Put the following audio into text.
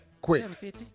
Quick